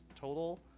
total